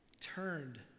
turned